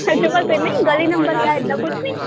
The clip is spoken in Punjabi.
ਅੱਛਾ ਬਸ ਇੰਨਾ ਹੀ ਗਲੀ ਨੰਬਰ ਜਾਂ ਇੱਦਾਂ ਕੁਛ ਨਹੀਂ